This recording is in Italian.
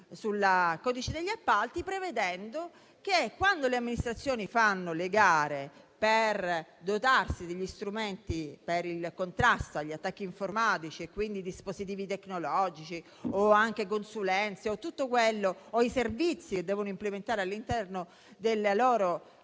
sul codice degli appalti, prevedendo che quando le amministrazioni fanno le gare per dotarsi degli strumenti per il contrasto agli attacchi informatici e, quindi, dispositivi tecnologici, consulenze o servizi che devono implementare all'interno della loro